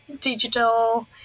digital